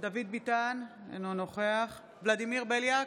דוד ביטן, אינו נוכח ולדימיר בליאק,